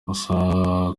gusa